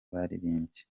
baririmbye